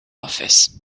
office